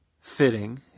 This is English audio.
fitting